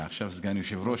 ועכשיו סגן יושב-ראש.